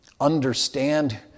understand